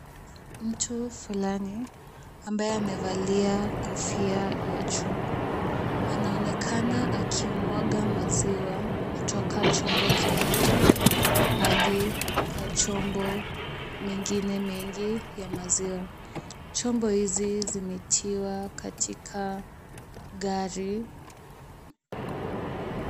Mtu fulani ambaye amevalia kofia ya chuma anaonekana akimwaga maziwa kutoka chombo kimoja hadi kwa chombo nyingine nyingi ya maziwa. Vyombo hivi vimetiwa katika gari.